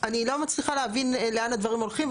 אני לא מצליחה להבין לאן הדברים הולכים.